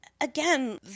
again